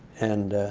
and